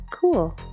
Cool